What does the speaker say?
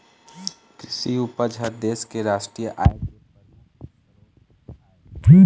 कृषि उपज ह देश के रास्टीय आय के परमुख सरोत आय